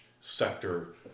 sector